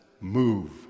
move